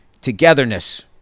togetherness